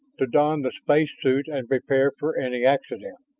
to don the space suit and prepare for any accident.